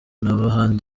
n’ahandi